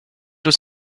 was